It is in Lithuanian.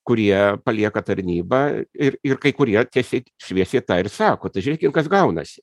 kurie palieka tarnybą ir ir kai kurie tiesiai šviesiai tą ir sako tai žiūrėkim kas gaunasi